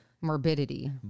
Morbidity